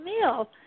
meal